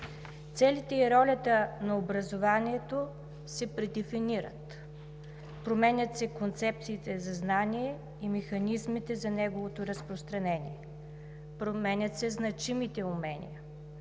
Целите и ролята на образованието се предифинират. Променят се концепциите за знание и механизмите за неговото разпространение. Променят се значимите умения,